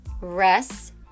rest